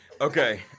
Okay